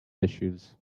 issues